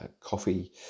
coffee